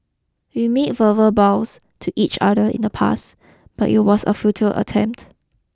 we made verbal vows to each other in the past but it was a futile attempt